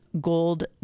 gold